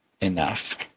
enough